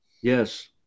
Yes